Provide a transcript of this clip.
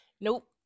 Nope